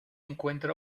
encuentra